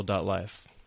Life